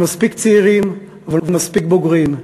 הם מספיק צעירים אבל מספיק בוגרים.